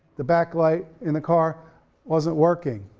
the backlight in the car wasn't working.